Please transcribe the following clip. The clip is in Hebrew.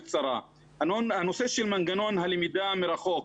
הנושא של מנגנון הלמידה מרחוק.